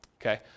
okay